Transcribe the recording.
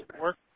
work